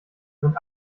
sind